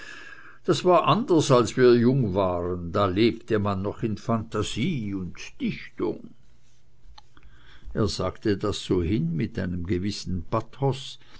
das war anders als wir jung waren da lebte man noch in phantasie und dichtung er sagte das so hin mit einem gewissen pathos